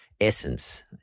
essence